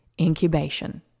incubation